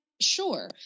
Sure